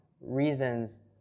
reasons